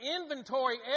inventory